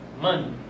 Money